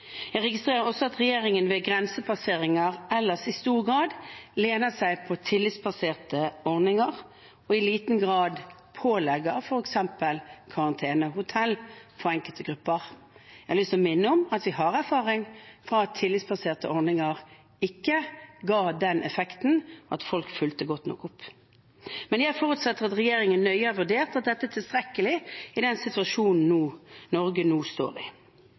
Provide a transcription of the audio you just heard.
Jeg registrerer også at regjeringen ved grensepasseringer ellers i stor grad lener seg på tillitsbaserte ordninger og i liten grad pålegger f.eks. karantenehotell for enkelte grupper. Jeg har lyst til å minne om at vi har erfaring fra at tillitsbaserte ordninger ikke ga den effekten at folk fulgte godt nok opp. Men jeg forutsetter at regjeringen nøye har vurdert at dette er tilstrekkelig i den situasjonen Norge nå står i.